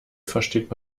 versteht